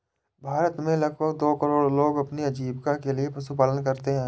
भारत में लगभग दो करोड़ लोग अपनी आजीविका के लिए पशुपालन करते है